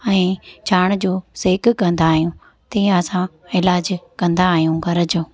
ऐं चाण जो सेंक कंदा आहियूं तीअं असां इलाजु कंदा आहियूं घर जो